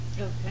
Okay